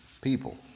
people